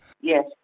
Yes